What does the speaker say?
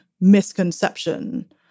misconception